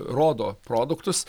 rodo produktus